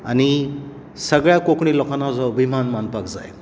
आनी सगळ्यां कोंकणी लोकांन हाजो अभिनमान मानपाक जाय